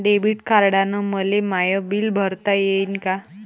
Debit कार्डानं मले माय बिल भरता येईन का?